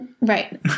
Right